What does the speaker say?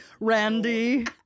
Randy